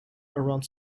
around